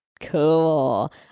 Cool